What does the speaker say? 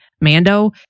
mando